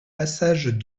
passage